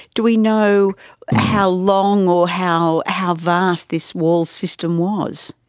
do we know how long or how how vast this wall system was?